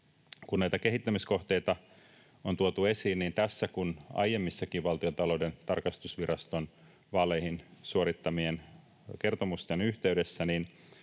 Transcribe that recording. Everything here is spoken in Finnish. Kun näitä kehittämiskohteita on tuotu esiin niin tässä kuin aiempienkin Valtiontalouden tarkastusviraston vaaleja koskevien kertomusten yhteydessä,